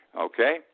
okay